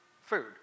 food